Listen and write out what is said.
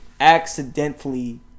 accidentally